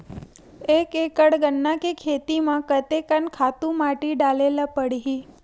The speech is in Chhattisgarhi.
एक एकड़ गन्ना के खेती म कते कन खातु माटी डाले ल पड़ही?